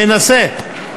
מנסה.